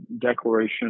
declaration